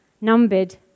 numbered